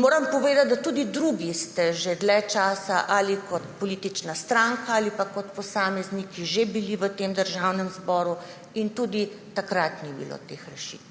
Moram povedati, da tudi drugi ste že dlje časa, ali kot politična stranka ali kot posamezniki, bili v tem državnem zboru, pa tudi takrat ni bilo teh rešitev.